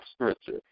scripture